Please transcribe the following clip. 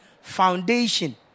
foundation